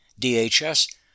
DHS